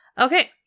Okay